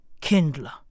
Kindler